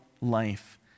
life